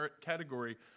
category